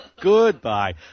Goodbye